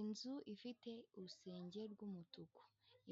Inzu ifite urusenge rw'umutuku